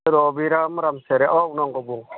रबिराम रामसियारि औ नोंगौ बुं